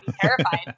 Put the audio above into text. terrified